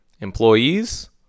Employees